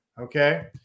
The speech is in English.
okay